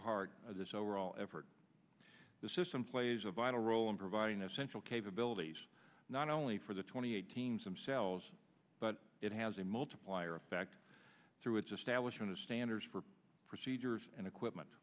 part of this overall effort the system plays a vital role in providing essential capabilities not only for the twenty eight teams themselves but it has a multiplier effect through its establishment of standards for procedures and equipment